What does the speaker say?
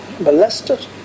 molested